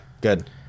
good